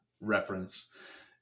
reference